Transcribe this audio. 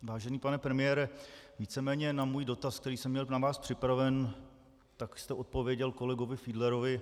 Vážený pane premiére, víceméně na můj dotaz, který jsem měl na vás připraven, jste odpověděl kolegovi Fiedlerovi.